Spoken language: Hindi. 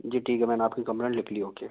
जी ठीक है मैंने आपकी कंप्लैन्ट लिख ली ओके